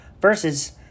versus